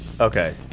Okay